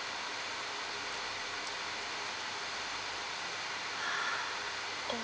oh